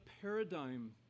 paradigm